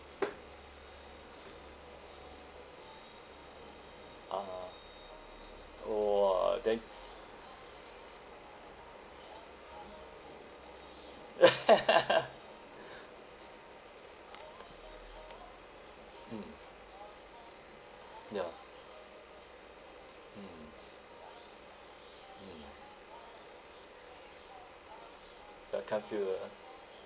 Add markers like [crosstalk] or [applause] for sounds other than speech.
(uh huh) !wah! then [laughs] mm ya mm mm like can't feel the